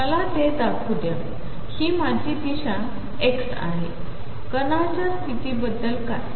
मलातेयेथेदाखवूद्याहीमाझीदिशाxआहे कणाच्यास्थितीबद्दलकाय